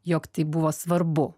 jog tai buvo svarbu